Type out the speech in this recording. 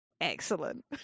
Excellent